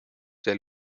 der